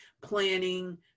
planning